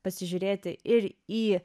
pasižiūrėti ir į